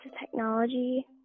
technology